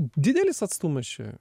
didelis atstumas čia